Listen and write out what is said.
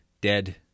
dead